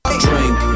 drink